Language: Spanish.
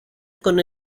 con